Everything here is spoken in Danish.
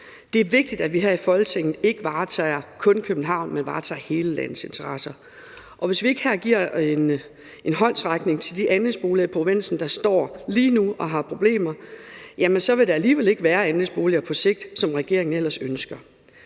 Det er vigtigt, at vi her i Folketinget ikke kun varetager Københavns, men hele landets interesser. Og hvis vi ikke giver en håndsrækning til de andelsboligejere i provinsen, der lige nu står og har problemer, vil der alligevel ikke på sigt være andelsboliger, sådan som regeringen ellers ønsker.